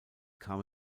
kam